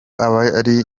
abari